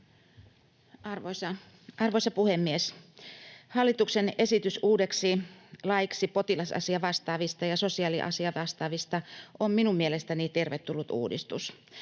Arvoisa puhemies! Hallituksen esitys uudeksi laiksi potilasasiavastaavista ja sosiaaliasiavastaavista on minun mielestäni tervetullut uudistus,